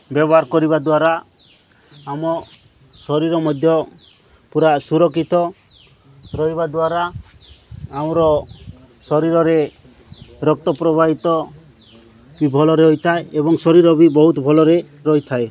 ବ୍ୟବହାର କରିବା ଦ୍ୱାରା ଆମ ଶରୀର ମଧ୍ୟ ପୁରା ସୁରକ୍ଷିତ ରହିବା ଦ୍ୱାରା ଆମର ଶରୀରରେ ରକ୍ତପ୍ରବାହିତ ବି ଭଲରେ ହୋଇଥାଏ ଏବଂ ଶରୀର ବି ବହୁତ ଭଲରେ ରହିଥାଏ